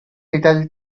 little